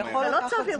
זה לא צו ירושה.